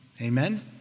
Amen